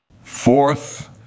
fourth